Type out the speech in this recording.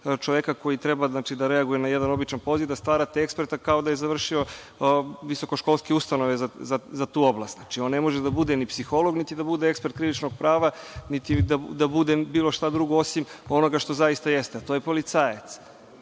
čoveka koji treba da reaguje na jedan običan poziv da stvarate eksperta kao da je završio visokoškolske ustanove za tu oblast. Znači, on ne može da bude ni psiholog, niti da bude ekspert krivičnog prava, niti da bude bilo šta drugo osim onoga što zaista jeste, a to je policajac. Ja